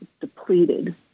depleted